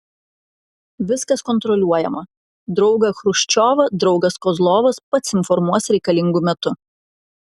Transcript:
viskas kontroliuojama draugą chruščiovą draugas kozlovas pats informuos reikalingu metu